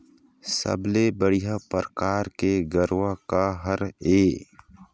सबले बढ़िया परकार के गरवा का हर ये?